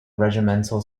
regimental